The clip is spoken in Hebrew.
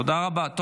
תודה רבה.